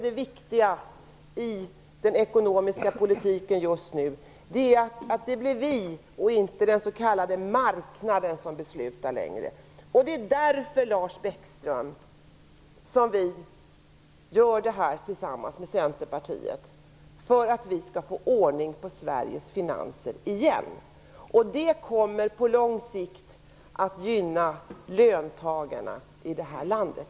Det viktiga i den ekonomiska politiken just nu är att det är vi och inte längre den s.k. marknaden som beslutar. Det är därför, Lars Bäckström, som vi gör det här tillsammans med Centerpartiet, alltså för att vi återigen skall få ordning på Sveriges finanser. Det kommer på lång sikt att gynna löntagarna i det här landet.